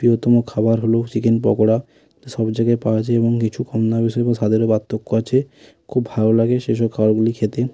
প্রিয়তম খাবার হলো চিকেন পকোড়া তো সব জায়গায় পাওয়া যায় এবং কিছু কম দামের সঙ্গে সাদারে পার্থক্য আছে খুব ভালো লাগে সেসব খাবারগুলি খেতে